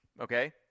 Okay